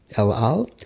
el al,